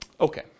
Okay